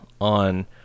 on